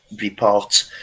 report